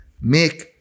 make